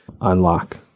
unlock